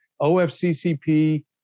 OFCCP